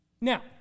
Now